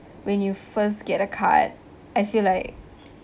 when you first get a card I feel like